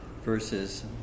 Verses